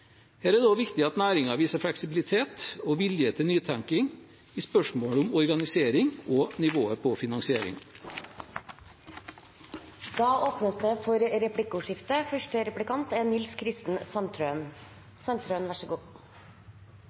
Her er det viktig at næringen viser fleksibilitet og vilje til nytenkning i spørsmålet om organisering og nivået på finansieringen. Det blir replikkordskifte. Kristelig Folkeparti har gitt et viktig bidrag i behandlingen av statsbudsjettet i næringskomiteen på landbruksfeltet. Det er